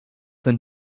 than